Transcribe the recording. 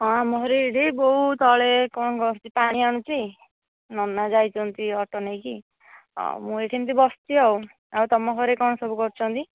ହଁ ଆମ ଘରେ ଏହିଠି ବୋଉ ତଳେ କଣ କରୁଛି ପାଣି ଆଣୁଛି ନନା ଯାଇଛନ୍ତି ଅଟୋ ନେଇକି ଆଉ ମୁଁ ଏହିଠି ଏମିତି ବସିଛି ଆଉ ଆଉ ତୁମ ଘରେ କଣ ସବୁ କରୁଛନ୍ତି